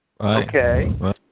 Okay